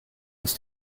ist